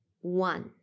one